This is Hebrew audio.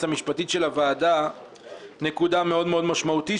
המשפטית של הוועדה נקודה מאוד משמעותית,